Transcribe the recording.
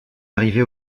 arrivée